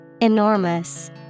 Enormous